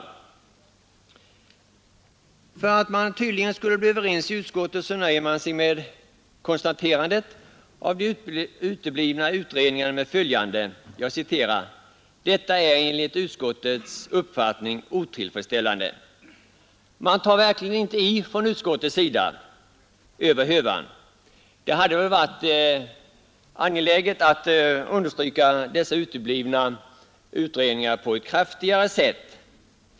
Tydligen för att utskottets ledamöter skulle bli överens nöjer utskottet sig med att konstatera de uteblivna utredningarna med följande: ”Detta är enligt utskottets uppfattning otillfredsställande.” Utskottet tar verkligen inte i över hövan! Det hade varit angeläget att understryka uteblivandet av utredningarna på ett kraftigare sätt.